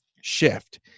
shift